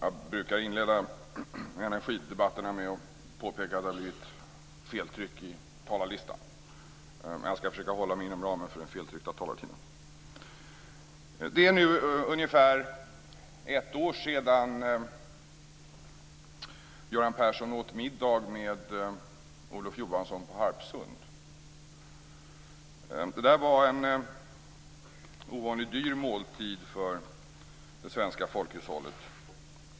Herr talman! Det är nu ungefär ett år sedan Göran Det var en ovanligt dyr måltid för det svenska folkhushållet.